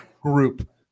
group